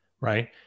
Right